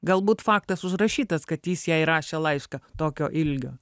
galbūt faktas užrašytas kad jis jai rašė laišką tokio ilgio